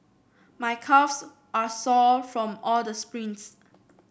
my calves are sore from all the sprints